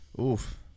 Oof